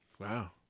Wow